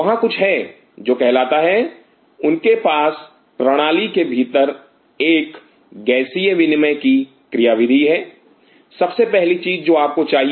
वहां कुछ है जो कहलाता है उनके पास प्रणाली के भीतर एक गैसीय विनिमय की क्रियाविधि है सबसे पहली चीज जो आपको चाहिए